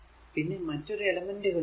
പിന്നെ മറ്റൊരു എലെമെന്റുകളും ഇല്ല